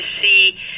see